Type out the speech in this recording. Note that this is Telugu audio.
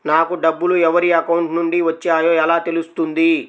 నాకు డబ్బులు ఎవరి అకౌంట్ నుండి వచ్చాయో ఎలా తెలుస్తుంది?